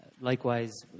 likewise